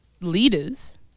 Leaders